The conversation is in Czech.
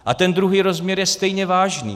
A ten druhý rozměr je stejně vážný.